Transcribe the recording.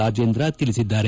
ರಾಜೇಂದ್ರ ತಿಳಿಸಿದ್ದಾರೆ